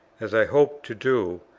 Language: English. as i hope to do,